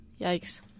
Yikes